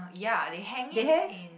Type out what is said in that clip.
ya they hang it in